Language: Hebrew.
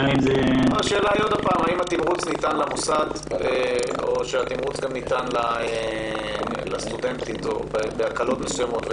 השאלה היא האם התמרוץ ניתן למוסד או גם לסטודנטית בהקלות מסוימות.